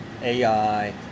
AI